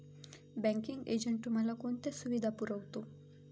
Banking agent तुम्हाला कोणत्या सुविधा पुरवतो?